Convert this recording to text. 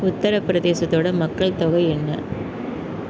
உத்தர பிரதேசத்தோடய மக்கள் தொகை என்ன